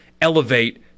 elevate